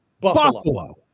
Buffalo